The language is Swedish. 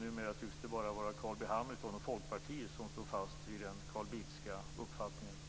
Numera tycks det bara vara Carl B Hamilton och Folkpartiet som står fast vid den Carl Bildtska uppfattningen.